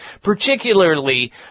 particularly